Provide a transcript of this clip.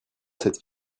cette